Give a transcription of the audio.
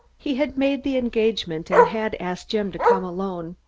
he had made the engagement and had asked jim to come alone.